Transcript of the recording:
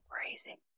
crazy